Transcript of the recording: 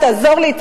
תעזור לי,